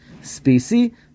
species